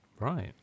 right